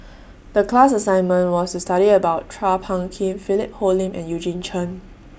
The class assignment was to study about Chua Phung Kim Philip Hoalim and Eugene Chen